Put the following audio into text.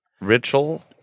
Ritual